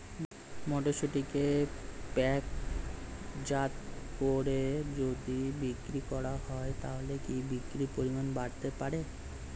মটরশুটিকে প্যাকেটজাত করে যদি বিক্রি করা হয় তাহলে কি বিক্রি পরিমাণ বাড়তে পারে?